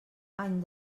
any